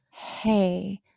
hey